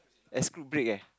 exclude break leh